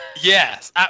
Yes